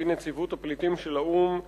על-פי נציבות הפליטים של האו"ם,